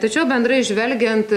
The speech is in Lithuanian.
tačiau bendrai žvelgiant